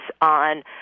on